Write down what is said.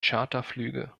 charterflüge